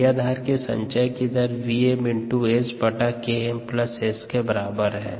क्रियाधार के संचय की दर 𝑣𝑚 𝑆𝐾𝑚 𝑆 के बराबर है